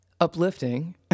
uplifting